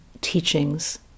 teachings